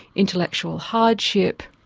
intellectual hardship,